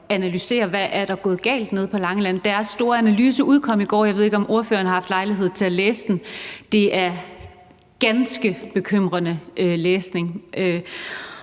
analyse af, hvad der er gået galt nede på Langeland – og jeg ved ikke, om ordføreren har haft lejlighed til at læse den. Det er ganske bekymrende læsning.